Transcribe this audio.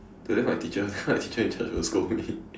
but then my teacher in charge teacher in charge will scold me